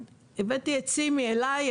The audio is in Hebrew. הבאתי את 'סימי' אליי,